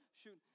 shoot